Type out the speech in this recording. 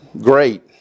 Great